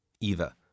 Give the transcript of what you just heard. Eva